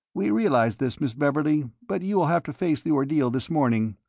we realized this, miss beverley, but you will have to face the ordeal this morning.